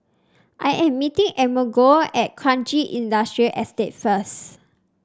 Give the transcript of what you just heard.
I am meeting Amerigo at Kranji Industrial Estate first